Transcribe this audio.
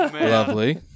Lovely